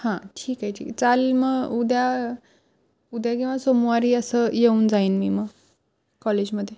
हा ठीक आहे ठीक चालेल मग उद्या उद्या किंवा सोमवारी असं येऊन जाईन मी मग कॉलेजमध्ये